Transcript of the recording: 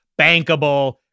bankable